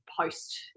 post